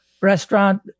restaurant